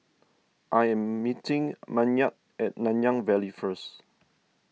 I am meeting Maynard at Nanyang Valley first